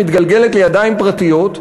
מתגלגלת לידיים פרטיות,